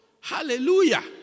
Hallelujah